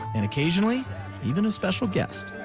and occasionally even a special guest.